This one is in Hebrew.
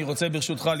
ברשותך,